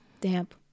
damp